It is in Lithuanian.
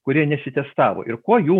kurie nesitestavo ir kuo jų